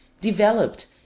developed